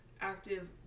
active